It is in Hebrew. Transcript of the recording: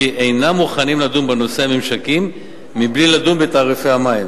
אינם מוכנים לדון בנושא הממשקים מבלי לדון בתעריפי המים,